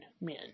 men